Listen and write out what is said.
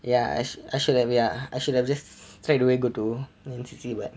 ya I sh~ ya I should have just straight away go to N_C_C but